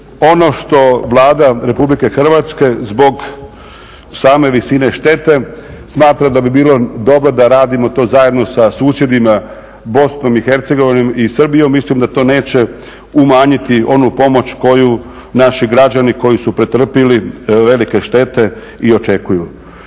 Ono što Vlada RH zbog same visine štete smatra da bi bilo dobro da radimo to zajedno sa susjedima BiH i Srbijom, mislim da to neće umanjiti onu pomoć koju naši građani koji su pretrpili velike štete i očekuju.